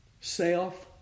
self